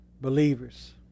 believers